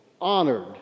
honored